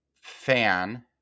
fan